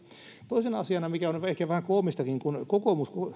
toisena asiana mikä on ehkäpä koomistakin kokoomus